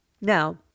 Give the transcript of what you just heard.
now